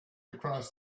across